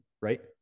right